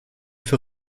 für